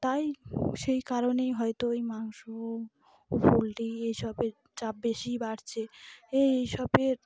তাই সেই কারণেই হয়তো এই মাংস পোলট্রি এই সবের চাপ বেশিই বাড়ছে এই সবের